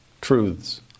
truths